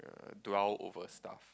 err dwell over stuff